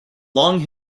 long